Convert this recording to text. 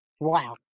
Wow